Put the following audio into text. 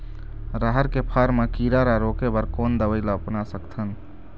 रहर के फर मा किरा रा रोके बर कोन दवई ला अपना सकथन?